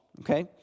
okay